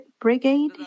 brigade